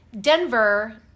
Denver